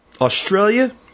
Australia